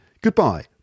goodbye